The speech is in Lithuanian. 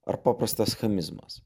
ar paprastas chamizmas